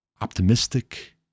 optimistic